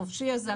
החופשי הזה,